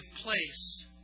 place